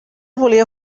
volia